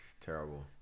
terrible